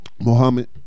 Muhammad